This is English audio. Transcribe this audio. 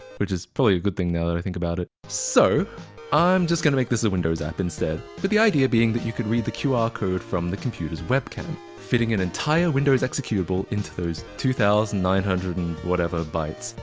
which is probably a good thing now that i think about it. so i'm just gonna make this a windows app instead, with but the idea being that you could read the qr code from the computer's webcam. fitting an entire windows executable into those two thousand nine hundred and whatever bytes.